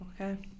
Okay